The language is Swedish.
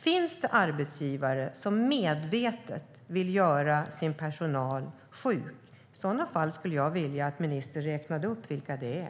Finns det arbetsgivare som medvetet vill göra sin personal sjuk? I så fall skulle jag vilja att ministern räknade upp vilka det är.